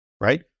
right